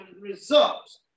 results